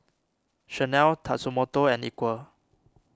Chanel Tatsumoto and Equal